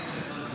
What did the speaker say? נתקבל.